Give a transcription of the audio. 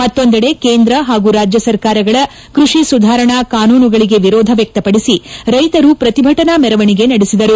ಮತ್ತೊಂದೆಡೆ ಕೇಂದ್ರ ಹಾಗೂ ರಾಜ್ಯ ಸರ್ಕಾರಗಳ ಕೃಷಿ ಸುಧಾರಣಾ ಕಾನೂನುಗಳಿಗೆ ವಿರೋಧ ವ್ಯಕ್ತಪಡಿಸಿ ರೈತರು ಪ್ರತಿಭಟನಾ ಮೆರೆವಣಿಗೆ ನಡೆಸಿದರು